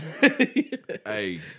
Hey